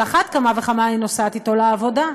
על אחת כמה וכמה אני נוסעת אתו לעבודה.